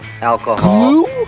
alcohol